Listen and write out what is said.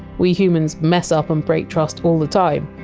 we humans mess up and break trust all the time,